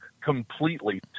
completely